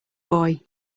boy